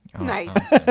Nice